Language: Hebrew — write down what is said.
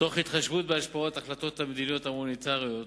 תוך התחשבות בהשפעות החלטות המדיניות המוניטרית